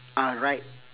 are right